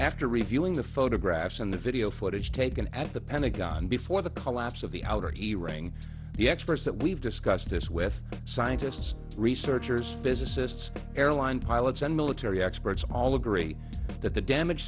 after reviewing the photographs and the video footage taken at the pentagon before the collapse of the outer to ring the experts that we've discussed this with scientists researchers physicists airline pilots and military experts all agree that the damage